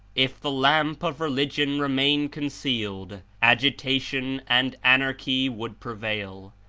if the lamp of religion remain con cealed, agitation and anarchy would prevail,